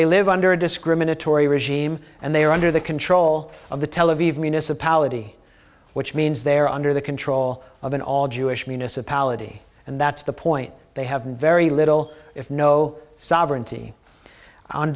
they live under a discriminatory regime and they are under the control of the television municipality which means they are under the control of an all jewish municipality and that's the point they have very little if no sovereignty on